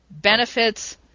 benefits